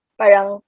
parang